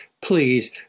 please